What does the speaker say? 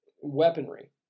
weaponry